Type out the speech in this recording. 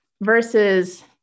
Versus